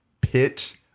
pit